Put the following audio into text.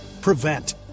prevent